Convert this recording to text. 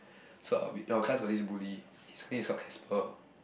so I'll be our class got this bully his name is called Casper